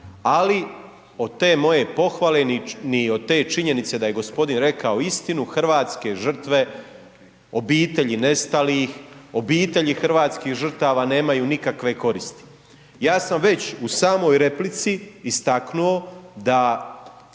ali od te moje pohvale, ni od te činjenice da je gospodin rekao istinu, hrvatske žrtve, obitelji nestalih, obitelji hrvatskih žrtava nemaju nikakve koristi. Ja sam već u samoj replici istaknuo da